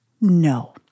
No